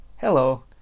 Hello